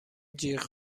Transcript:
جیغ